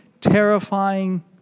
terrifying